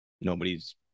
nobody's